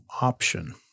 option